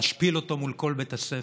להשפיל אותו מול כל בית הספר.